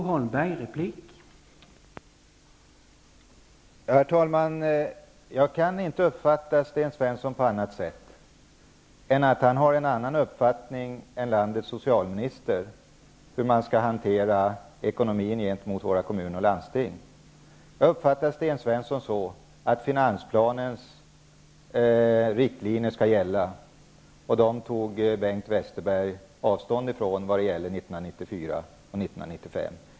Herr talman! Jag kan inte uppfatta Sten Svenssons uttalanden på annat sätt än så, att han har en annan uppfattning än landets socialminister om hur man skall hantera ekonomin gentemot våra kommuner och landsting. Jag uppfattar Sten Svensson så, att finansplanens riktlinjer skall gälla, och dem tog Bengt Westerberg avstånd från när det gällde 1994 och 1995.